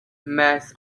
mess